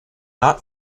not